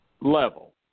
level